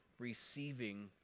receiving